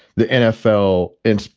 the nfl and,